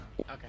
Okay